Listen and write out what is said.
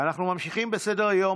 אנחנו ממשיכים בסדר-היום.